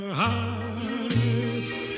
hearts